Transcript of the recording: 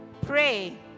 pray